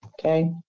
Okay